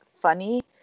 funny